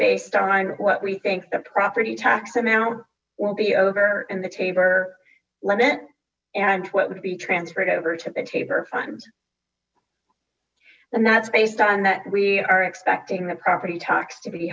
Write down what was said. based on what we think the property tax amount will be over in the tabor limit and what would be transferred over to the taper fund and that's based on that we are expecting the property tax to be